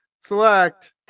select